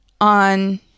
on